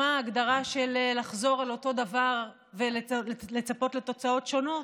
מה ההגדרה של לחזור על אותו דבר ולצפות לתוצאות שונות?